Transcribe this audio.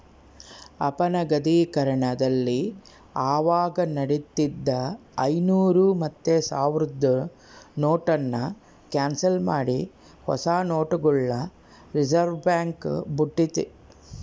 ಅಪನಗದೀಕರಣದಲ್ಲಿ ಅವಾಗ ನಡೀತಿದ್ದ ಐನೂರು ಮತ್ತೆ ಸಾವ್ರುದ್ ನೋಟುನ್ನ ಕ್ಯಾನ್ಸಲ್ ಮಾಡಿ ಹೊಸ ನೋಟುಗುಳ್ನ ರಿಸರ್ವ್ಬ್ಯಾಂಕ್ ಬುಟ್ಟಿತಿ